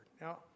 Now